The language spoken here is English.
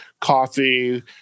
coffee